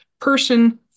person